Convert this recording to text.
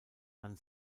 man